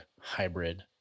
hybrid